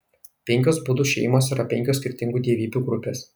penkios budų šeimos yra penkios skirtingų dievybių grupės